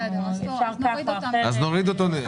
אז נוריד אותו.